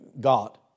God